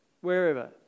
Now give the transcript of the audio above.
wherever